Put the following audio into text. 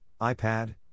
iPad